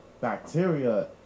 bacteria